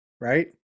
right